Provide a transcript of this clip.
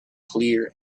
clear